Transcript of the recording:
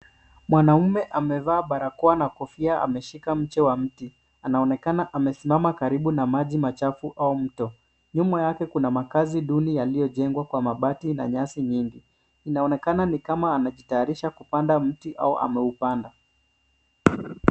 Mwanaume amevaa barakoa na kofia ameshika mche wa mti. Anaonekana amesimama karibu na maji machafu au mto. Nyuma yake kuna makazi duni yaliyojengwa kwa mabati na nyasi nyingi. Inaonekana ni kama amejitayarisha kupanda mti au ameupanda.